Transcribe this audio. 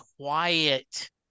quiet